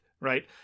right